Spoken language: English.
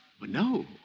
No